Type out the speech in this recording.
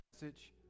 message